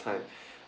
time